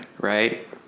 Right